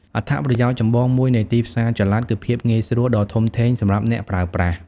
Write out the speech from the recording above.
អត្ថប្រយោជន៍ចម្បងមួយនៃទីផ្សារចល័តគឺភាពងាយស្រួលដ៏ធំធេងសម្រាប់អ្នកប្រើប្រាស់។